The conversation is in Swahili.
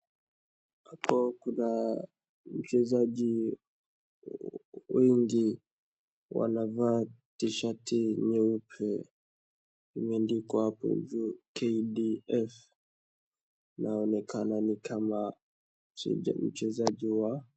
Hapo kuna wachezaji wengi wamevaa tishati nyeupe. Imeandikwa hapo juu KDF na inaonekana ni kama ni wachezaji wa.